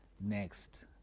next